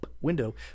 window